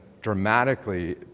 dramatically